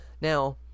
Now